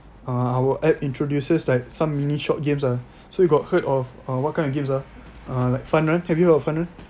ah our app introduces like some mini short games ah so you got heard of uh what kind of games ah err like Fun Run have you heard of Fun Run